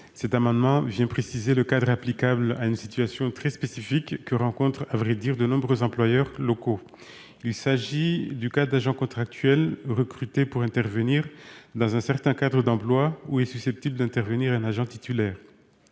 Cet amendement vise à préciser le cadre applicable à une situation très spécifique, que rencontrent à vrai dire de nombreux employeurs locaux : il s'agit du cas d'agents contractuels recrutés dans un certain cadre d'emploi où est susceptible d'intervenir un agent titulaire.